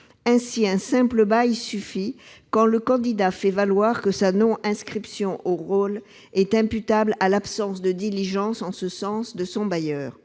Ainsi, un simple bail suffit, quand le candidat fait valoir que sa non-inscription au rôle est imputable à l'absence de diligence en ce sens de son bailleur.